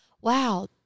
wow